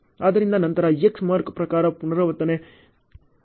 ಆದ್ದರಿಂದ ನಂತರ X mark ಪ್ರಕಾರ ಪುನರಾವರ್ತನೆ ಮುಂದುವರಿಯುತ್ತದೆ